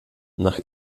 nach